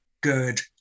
good